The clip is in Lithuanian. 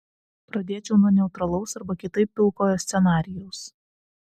pradėčiau nuo neutralaus arba kitaip pilkojo scenarijaus